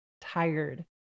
tired